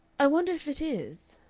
i wonder if it is.